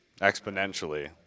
Exponentially